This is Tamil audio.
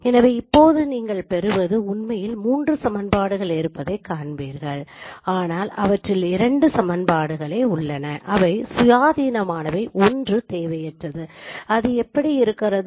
எனவே இப்போது நீங்கள் பெறுவது உண்மையில் மூன்று சமன்பாடுகள் இருப்பதைக் காண்பீர்கள் ஆனால் அவற்றில் இரண்டு சமன்பாடுகள் உள்ளன அவை சுயாதீனமானவை ஒன்று தேவையற்றது அது எப்படி இருக்கிறது